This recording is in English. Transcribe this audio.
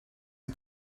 you